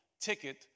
ticket